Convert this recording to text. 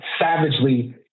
savagely